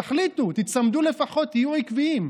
תחליטו, תיצמדו לפחות, תהיו עקביים.